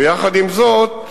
ויחד עם זאת,